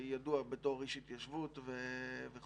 שידוע בתור איש ההתיישבות וכו',